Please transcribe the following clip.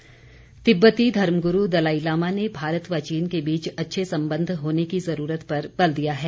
Dalai Lama तिब्बती धर्मगुरू Dalai Lama ने भारत व चीन के बीच अच्छे संबंध होने की ज़रूरत पर बल दिया है